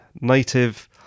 native